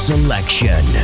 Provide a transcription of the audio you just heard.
Selection